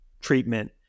treatment